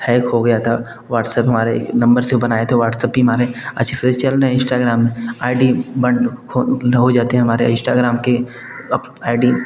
hack हो गया था व्हाट्सअप हमारे एक नंबर से बनाए थे व्हाट्सअप की माने अच्छे फेस है इंश्टाग्राम आई डी बंद हो हो जाते हैं हमारे इश्टाग्राम के अप आई डी